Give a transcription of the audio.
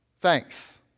thanks